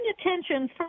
attention